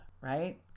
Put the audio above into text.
right